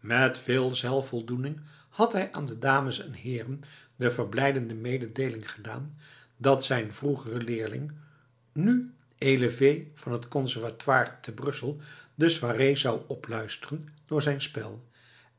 met veel zelfvoldoening had hij aan de dames en heeren de verblijdende mededeeling gedaan dat zijn vroegere leerling nu élève van het conservatoire te brussel de soirée zou opluisteren door zijn spel